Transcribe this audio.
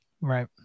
right